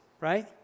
Right